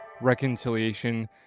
reconciliation